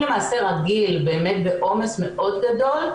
עובדים בעומס מאוד גדול.